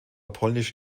polnisch